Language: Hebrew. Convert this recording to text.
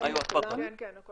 נכון